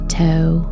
toe